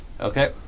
Okay